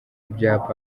ibyapa